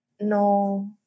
no